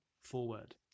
Forward